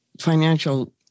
financial